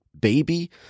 baby